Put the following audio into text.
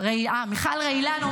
מיכל רעילן.